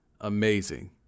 amazing